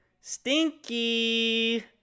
Stinky